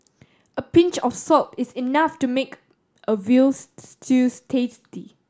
a pinch of salt is enough to make a veal stews tasty